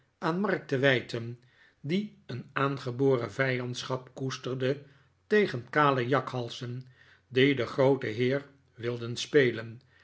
aan mark te wijten die een aangeboren vij andschap koesterde tegen kale jakhalzen die den grooten heer wilden spelen